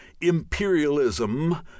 imperialism